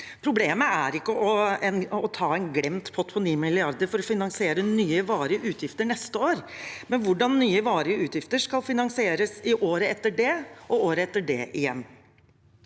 Problemet er ikke å ta en glemt pott på 9 mrd. kr for å finansiere nye, varige utgifter neste år, men hvordan nye, varige utgifter skal finansieres i året etter det og året etter det igjen.